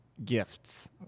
gifts